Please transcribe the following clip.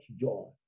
joy